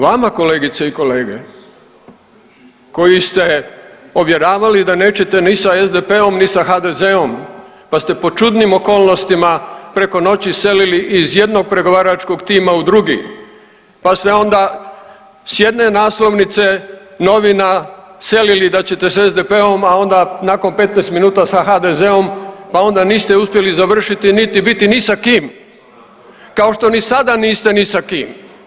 Vama kolegice i kolege koji ste ovjeravali da nećete ni sa SDP-om ni sa HDZ-om pa ste pod čudnim okolnostima preko noći selili iz jednog pregovaračkog tima u drugi, pa ste onda s jedne naslovnice novina selili da ćete s SDP-om, a onda nakon 15 minuta sa HDZ-om pa onda niste uspjeli završiti niti biti ni sa kim, kao što ni sada niste ni sa kim.